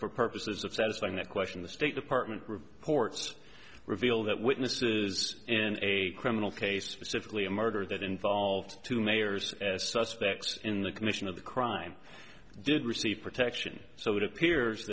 for purposes of satisfying that question the state department reports reveal that witnesses and a criminal case specifically a murder that involved two mayors as suspects in the commission of the crime did receive protection so it appears